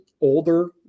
older